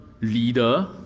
leader